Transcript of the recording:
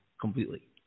completely